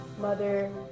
mother